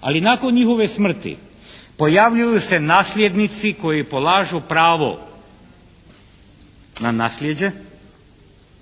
ali nakon njihove smrti pojavljuju se nasljednici koji polažu pravo na naslijeđe